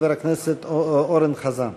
חבר הכנסת אורן חזן.